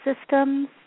systems